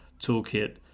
toolkit